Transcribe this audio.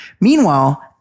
Meanwhile